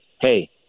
Hey